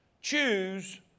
Choose